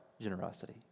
generosity